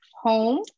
home